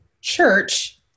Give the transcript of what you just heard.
church